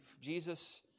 Jesus